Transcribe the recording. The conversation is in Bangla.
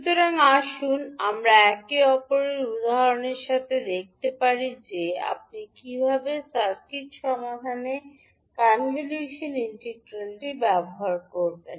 সুতরাং আসুন আমরা একে অপরের উদাহরণের সাথে দেখতে পারি যে আপনি কীভাবে সার্কিট সমাধানে কনভলিউশন ইন্টিগ্রালটি ব্যবহার করবেন